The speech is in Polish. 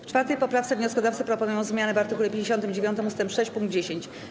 W 4. poprawce wnioskodawcy proponują zmianę w art. 59 ust. 6 pkt 10.